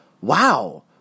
wow